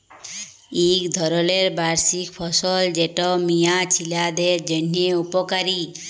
ইক ধরলের বার্ষিক ফসল যেট মিয়া ছিলাদের জ্যনহে উপকারি